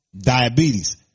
diabetes